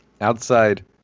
outside